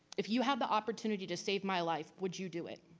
if you had the opportunity to save my life, would you do it?